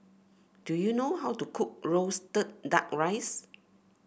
do you know how to cook roasted duck rice